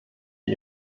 wir